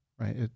right